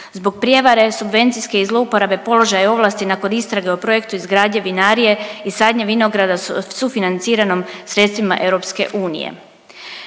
zbog prijevare subvencijske i zlouporabe položaja ovlasti nakon istrage o projektu izgradnje vinarije i sadnje vinograda sufinanciranom sredstvima EU.